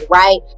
right